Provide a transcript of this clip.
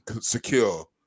secure